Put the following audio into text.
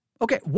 Okay